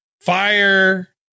fire